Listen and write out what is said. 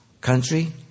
country